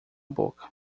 boca